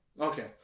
okay